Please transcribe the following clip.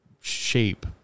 shape